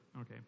okay